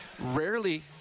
Rarely